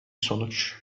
sonuç